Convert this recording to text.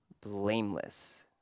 blameless